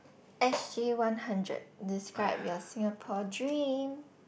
S_G one hundred describe your Singapore dream